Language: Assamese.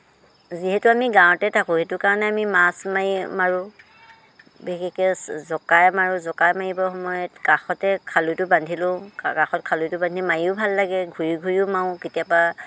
যিহেতু আমি গাঁৱতে থাকোঁ সেইটো কাৰণে আমি মাছ মাৰি মাৰোঁ বিশেষকৈ জকাই মাৰোঁ জকাই মাৰিবৰ সময়ত কাষতে খালৈটো বান্ধি লওঁ কাষত খালৈটো বান্ধি মাৰিও ভাল লাগে ঘূৰি ঘূৰিও মাৰোঁ কেতিয়াবা